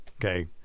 okay